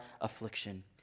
affliction